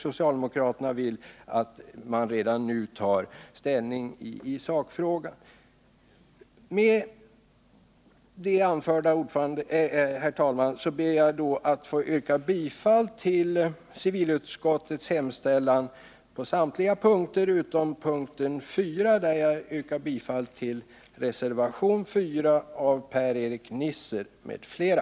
Socialdemokraterna vill däremot att man redan nu skall ta ställning i sakfrågan. Med det anförda, herr talman, ber jag att få yrka bifall till civilutskottets hemställan på samtliga punkter utom punkten 4, där jag yrkar bifall till reservationen 4 av Per-Erik Nisser m.fl.